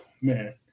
man